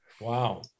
Wow